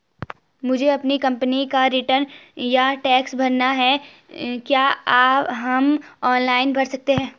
मुझे अपनी कंपनी का रिटर्न या टैक्स भरना है क्या हम ऑनलाइन भर सकते हैं?